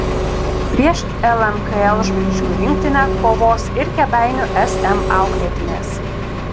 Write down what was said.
prieš lmkl žvaigždžių rinktinę kovos ir kėdainių sm auklėtinės